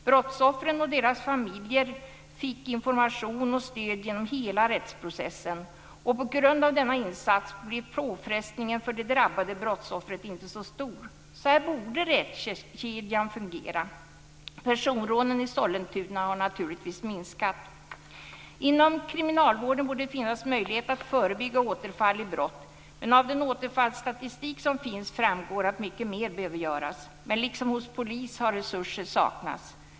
Brottsoffren och deras familjer fick information och stöd genom hela rättsprocessen. På grund av denna insats blir påfrestningen för det drabbade brottsoffret inte så stor. Så här borde rättskedjan fungera. Personrånen i Sollentuna har naturligtvis minskat. Inom kriminalvården borde det finnas möjlighet att förebygga återfall i brott, men av den återfallsstatistik som finns framgår att mycket mer behöver göras. Men liksom hos polisen har resurser saknats.